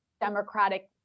Democratic